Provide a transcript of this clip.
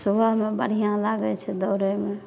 सुबहमे बढ़िआँ लागैत छै दौड़यमे